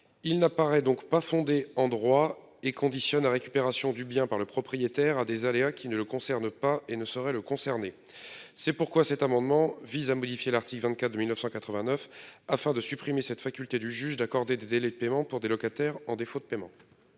Il n'apparaît donc pas fondée en droit et conditionne la récupération du bien par le propriétaire à des aléas qui ne le concerne pas et ne saurait le concerné. C'est pourquoi cet amendement vise à modifier l'article 24 de 1989 afin de supprimer cette faculté du juge d'accorder des délais de paiement pour des locataires en défaut de paiement.